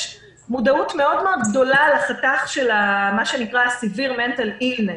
יש מודעות מאוד מאוד גדולה לחתך של מה שנקרא Severe mental illness,